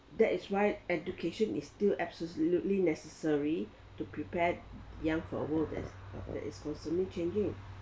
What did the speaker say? that is why education is still absolutely necessary to prepare the young for a world that is constantly changing